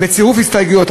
בצירוף הסתייגויות,